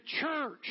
church